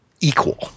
equal